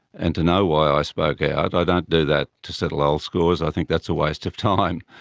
and to know why i spoke out. i don't do that to settle old scores, i think that's a waste of time.